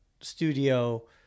studio